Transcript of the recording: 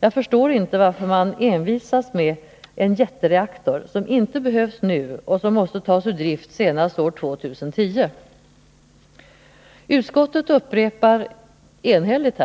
Jag förstår inte varför man envisas med en jättereaktor som inte behövs nu och som måste tas ur drift senast år 2 010. Utskottet upprepar här enhälligt